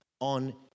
on